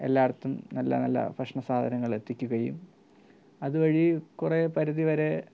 എല്ലായിടത്തും നല്ല നല്ല ഭക്ഷണസാധനങ്ങൾ എത്തിക്കുകയും അതുവഴി കുറേ പരിധിവരെ